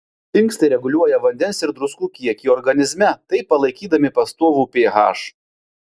inkstai reguliuoja vandens ir druskų kiekį organizme taip palaikydami pastovų ph